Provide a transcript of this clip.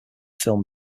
film